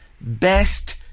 best